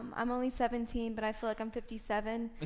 um i'm only seventeen, but i feel like i'm fifty seven,